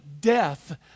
death